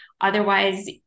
Otherwise